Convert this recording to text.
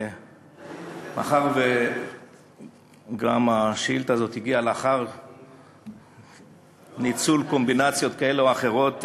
מאחר שגם השאילתה הזאת הגיעה לאחר ניצול קומבינציות כאלה או אחרות,